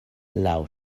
laŭ